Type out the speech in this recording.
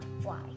fly